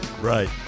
right